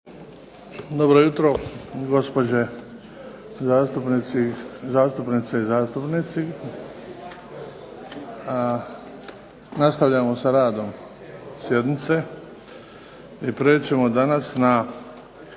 Dobro jutro gospođe zastupnice i zastupnici! Nastavljamo sa radom sjednice i preći ćemo danas na 6.